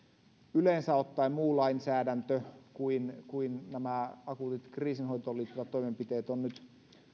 yleensä ottaen muu lainsäädäntö kuin kuin nämä akuutit kriisinhoitoon liittyvät toimenpiteet on nyt